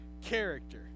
character